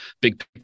big